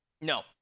no